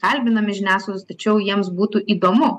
kalbinami žiniasklaidos tačiau jiems būtų įdomu